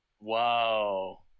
Wow